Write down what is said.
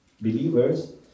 believers